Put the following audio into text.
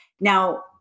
Now